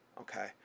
okay